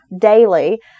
daily